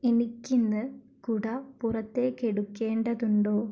എനിക്ക് ഇന്ന് കുട പുറത്തേക്ക് എടുക്കേണ്ടതുണ്ടോ